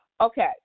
Okay